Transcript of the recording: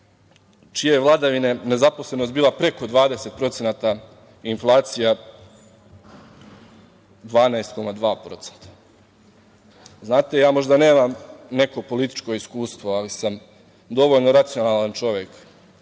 čije vladavine je nezaposlenost bila preko 20%, inflacija 12,2%.Znate, ja možda nemam neko političko iskustvo ali sam dovoljno racionalan čovek